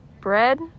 bread